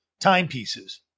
timepieces